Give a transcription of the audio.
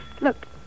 Look